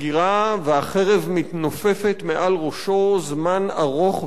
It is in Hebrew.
והחרב מתנופפת מעל ראשו זמן ארוך ורב,